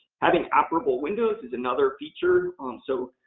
having operable windows is another feature. um so,